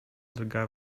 drga